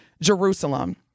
Jerusalem